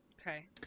Okay